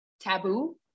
taboo